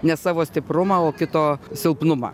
ne savo stiprumą o kito silpnumą